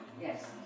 yes